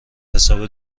حساب